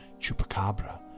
Chupacabra